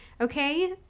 Okay